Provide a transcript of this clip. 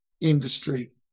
industry